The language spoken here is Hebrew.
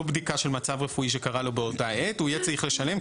בדיקה של מצב רפואי שקרה לו באותה עת הוא יהיה צריך לשלם,